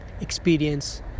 experience